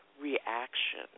reaction